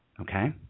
Okay